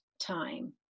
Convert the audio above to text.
time